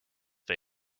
for